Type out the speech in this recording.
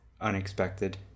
unexpected